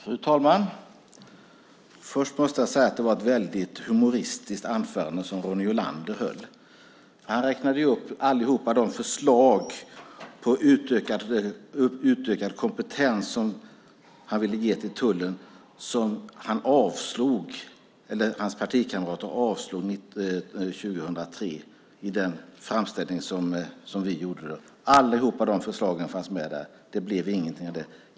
Fru talman! Först måste jag säga att det var ett väldigt humoristiskt anförande som Ronny Olander höll. Han räknade upp alla de förslag på utökad kompetens som han ville ge till tullen som han och hans partikamrater avslog 2003 i den framställning som vi gjorde då. Alla de förslagen fanns med där. Det blev ingenting av det.